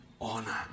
honor